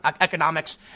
economics